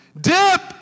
Dip